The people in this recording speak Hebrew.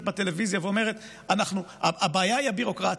בטלוויזיה ואומרת: הבעיה היא הביורוקרטיה.